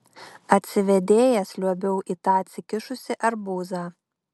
atsivėdėjęs liuobiau į tą atsikišusį arbūzą